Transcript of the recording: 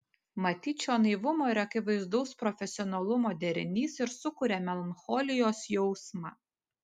matyt šio naivumo ir akivaizdaus profesionalumo derinys ir sukuria melancholijos jausmą